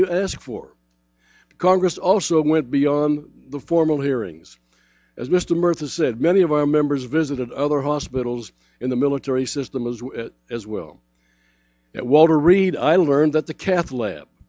you asked for congress also went beyond the formal hearings as mr murtha said many of our members visited other hospitals in the military system as well as well at walter reed i learned that the cath lab